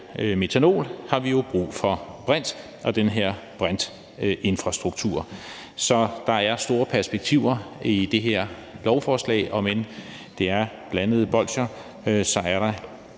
metanol, har vi jo brug for brint og den her brintinfrastruktur. Så der er store perspektiver i det her lovforslag, om end det er blandede bolsjer. Der er